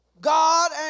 God